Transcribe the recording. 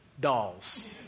dolls